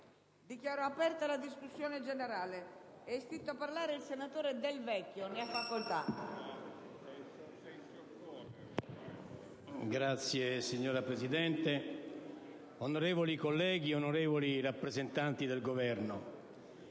Dichiaro aperta la discussione generale. È iscritto a parlare il senatore Del Vecchio. Ne ha facoltà.